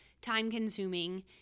time-consuming